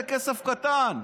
זה כסף קטן.